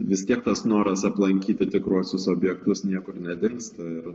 vis tiek tas noras aplankyti tikruosius objektus niekur nedingsta ir